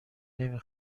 نمی